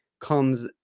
comes